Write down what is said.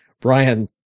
brian